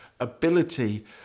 ability